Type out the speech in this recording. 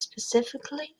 specifically